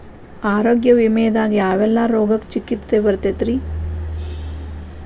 ಆರೋಗ್ಯ ವಿಮೆದಾಗ ಯಾವೆಲ್ಲ ರೋಗಕ್ಕ ಚಿಕಿತ್ಸಿ ಬರ್ತೈತ್ರಿ?